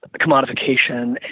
commodification